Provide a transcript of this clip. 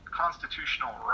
constitutional